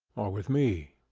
with me.